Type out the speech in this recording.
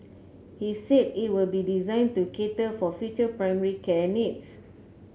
he said it will be designed to cater for future primary care needs